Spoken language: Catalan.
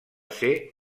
ser